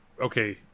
Okay